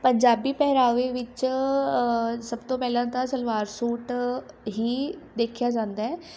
ਪੰਜਾਬੀ ਪਹਿਰਾਵੇ ਵਿੱਚ ਸਭ ਤੋਂ ਪਹਿਲਾਂ ਤਾਂ ਸਲਵਾਰ ਸੂਟ ਹੀ ਦੇਖਿਆ ਜਾਂਦਾ